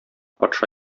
патша